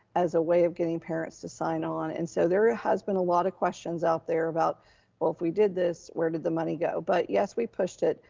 as a way of getting parents to sign on. and so there has been a lot of questions out there about well, if we did this, where did the money go? but yes, we pushed it.